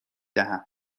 دهم